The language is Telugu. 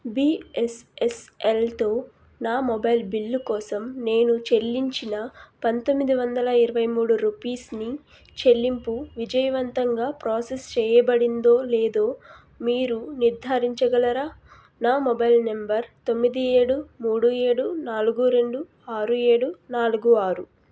బిఎస్ఎన్ఎల్తో నా మొబైల్ బిల్లు కోసం నేను చెల్లించిన పంతొమ్మిది వందల ఇరవై మూడు రుపీస్ని చెల్లింపు విజయవంతంగా ప్రోసెస్ చెయ్యబడిందో లేదో మీరు నిర్ధారించగలరా నా మొబైల్ నెంబర్ తొమ్మిది ఏడు మూడు ఏడు నాలుగు రెండు ఆరు ఏడు నాలుగు ఆరు